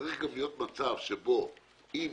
צריך גם להיות מצב שבו אם